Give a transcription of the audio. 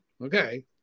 Okay